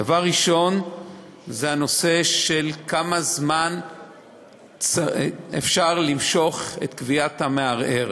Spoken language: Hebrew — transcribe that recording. דבר ראשון זה הנושא של כמה זמן אפשר למשוך את קביעת המערער.